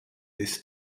this